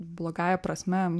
blogąja prasme